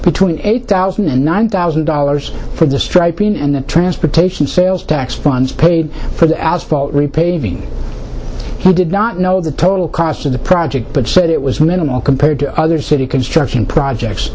between eight thousand and nine thousand dollars for the striping and the transportation sales tax funds paid for the asphalt repaving he did not know the total cost of the project but said it was minimal compared to other city construction projects